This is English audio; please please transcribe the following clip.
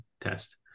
test